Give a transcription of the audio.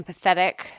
empathetic